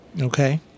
Okay